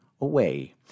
away